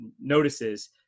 notices